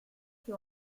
que